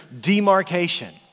demarcation